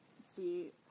see